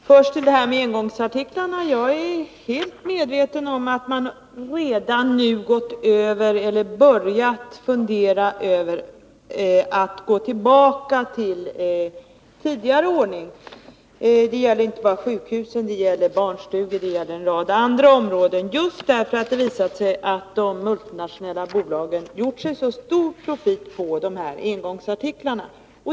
Herr talman! Först det här med engångsartiklarna. Jag är medveten om att man redan nu börjat fundera över att gå tillbaka till tidigare ordning — det gäller inte bara sjukhusen utan det gäller barnstugor och en rad andra områden — just därför att det visat sig att de multinationella bolagen gjort sig så stor profit på engångsartiklarna.